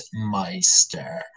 Meister